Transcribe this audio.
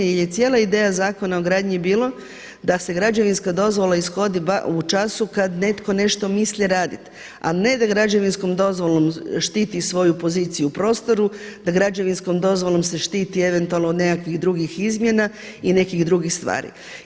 Jer je cijela ideja Zakona o gradnji bilo, da se građevinska dozvola ishodi u času kad netko nešto misli raditi, a ne da građevinskom dozvolom štiti svoju poziciju u prostoru, da građevinskom dozvolom se štiti eventualno od nekakvih drugih izmjena i nekih drugih stvari.